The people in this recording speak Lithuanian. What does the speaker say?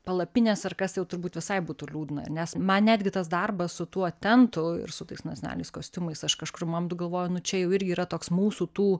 palapinės ar kas jau turbūt visai būtų liūdna nes man netgi tas darbas su tuo tentu ir su tais nacionaliniais kostiumais aš kažkur nu galvoju nu čia jau irgi yra toks mūsų tų